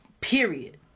Period